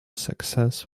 success